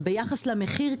המיזם,